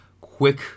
Quick